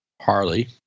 harley